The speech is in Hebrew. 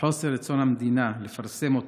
וחוסר רצון המדינה לפרסם אותו,